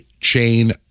chain